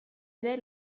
ere